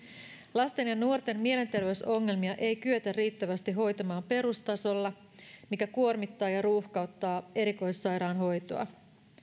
lasten ja nuorten mielenterveysongelmia ei kyetä riittävästi hoitamaan perustasolla mikä kuormittaa ja ruuhkauttaa erikoissairaanhoitoa